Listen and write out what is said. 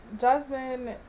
Jasmine